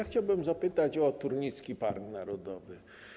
Chciałbym zapytać o Turnicki Park Narodowy.